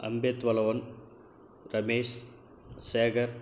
அன்பேத்வளவன் Ramesh Sekar